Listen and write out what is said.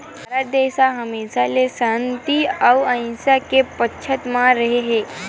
भारत देस ह हमेसा ले सांति अउ अहिंसा के पक्छ म रेहे हे